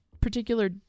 particular